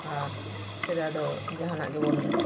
ᱟᱨ ᱥᱮᱫᱟᱭ ᱫᱚ ᱡᱟᱦᱟᱱᱟᱜ ᱜᱮᱵᱚᱱ